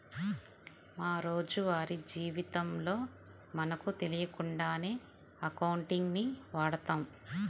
మా రోజువారీ జీవితంలో మనకు తెలియకుండానే అకౌంటింగ్ ని వాడతాం